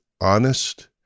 honest